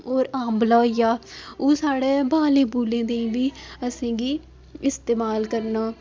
होर आंबला होई गेआ ओह् साढ़े बालें बुलें ताईं बी असेंगी इस्तमाल करना